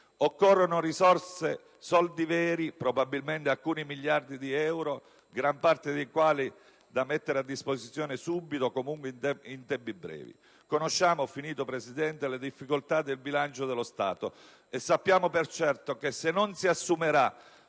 Occorrono risorse, soldi veri, probabilmente alcuni miliardi di euro, gran parte dei quali da mettere a disposizione subito o comunque in tempi brevi. Conosciamo le difficoltà del bilancio dello Stato e sappiamo per certo che se non si assumerà